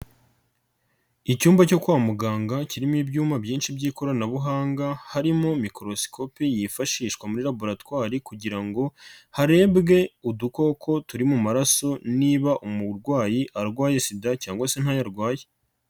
Icyumba cyo kwa muganga kirimo ibyuma byinshi by'ikoranabuhanga harimo mikorosikopi yifashishwa muri laboratwari kugira ngo harebwe udukoko turi mu maraso niba umurwayi arwaye Sida cyangwa se ntayo arwaye.